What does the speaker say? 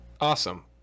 awesome